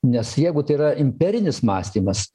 nes jeigu tai yra imperinis mąstymas